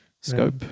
scope